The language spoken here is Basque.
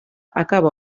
akabo